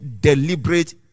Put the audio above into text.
deliberate